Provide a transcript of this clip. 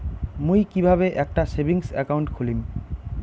মুই কিভাবে একটা সেভিংস অ্যাকাউন্ট খুলিম?